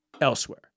elsewhere